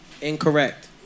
Incorrect